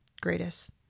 greatest